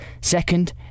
second